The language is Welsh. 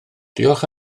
diolch